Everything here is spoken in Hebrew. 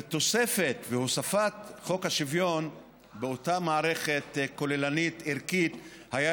ווספת חוק השוויון באותה מערכת כוללנית ערכית הייתה